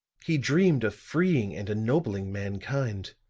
he dreamed of freeing and ennobling mankind,